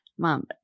Mom